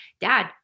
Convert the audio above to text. Dad